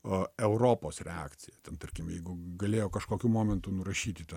a europos reakciją tarkim jeigu galėjo kažkokiu momentu nurašyti tą